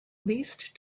least